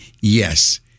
yes